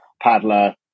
paddler